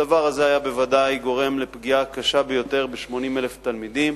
הדבר הזה היה בוודאי גורם פגיעה קשה ביותר ב-80,000 תלמידים